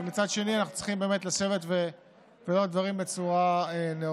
ומצד שני אנחנו צריכים באמת לשבת ולראות דברים בצורה נאותה,